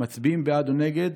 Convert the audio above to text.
מצביעים בעד או נגד,